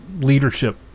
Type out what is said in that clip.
leadership